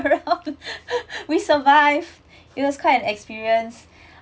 we survived it was quite an experience